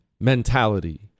mentality